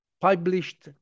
published